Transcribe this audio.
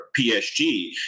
PSG